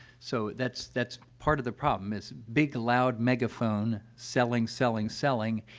so, that's that's part of the problem, is big, loud megaphone, selling, selling, selling,